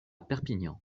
perpignan